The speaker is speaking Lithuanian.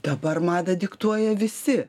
dabar madą diktuoja visi